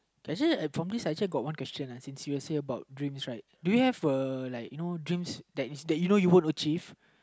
actually at section got one question uh sincerely about dreams right do you have uh you know dream that is that you know you would achieve